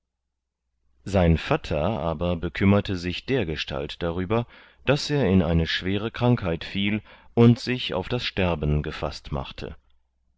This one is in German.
sein vatter aber bekümmerte sich dergestalt darüber daß er in eine schwere krankheit fiel und sich auf das sterben gefaßt machte